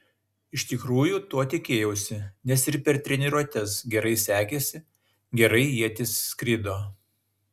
iš tikrųjų to tikėjausi nes ir per treniruotes gerai sekėsi gerai ietis skrido